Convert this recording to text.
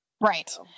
Right